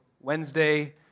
Wednesday